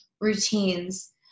routines